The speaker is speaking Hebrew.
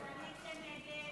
בעד הצעת סיעת יש עתיד